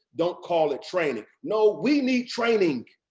don't call it training. no, we need training.